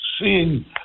seeing